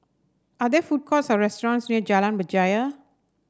are there food courts or restaurants near Jalan Berjaya